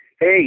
Hey